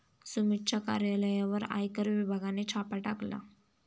सुमितच्या कार्यालयावर आयकर विभागाने छापा टाकला